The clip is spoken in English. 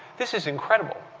this is incredible.